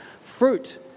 fruit